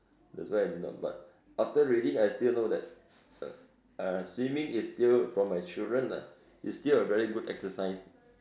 that's why I did not but after reading I still know that uh swimming is still for my children lah is still a very good exercise